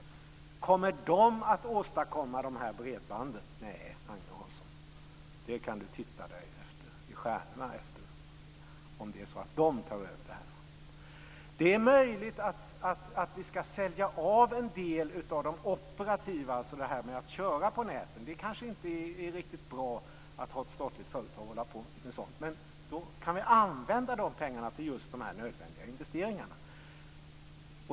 Kommer de att åstadkomma de här bredbanden? Nej, Agne Hansson, det kan du titta dig i stjärnorna efter om de tar över det här. Det är möjligt att vi ska sälja av en del av det operativa, dvs. det här med att köra på näten. Det kanske inte är riktigt bra att ha ett statligt företag som håller på med sådant. Då kan vi använda de pengarna till just de här nödvändiga investeringarna.